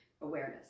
awareness